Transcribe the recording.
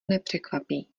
nepřekvapí